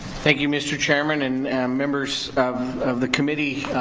thank you mr. chairman and members of the committee.